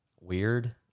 weird